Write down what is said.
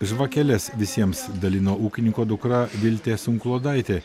žvakeles visiems dalino ūkininko dukra viltė sunklodaitė